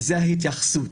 זו ההתייחסות.